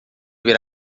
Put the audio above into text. ver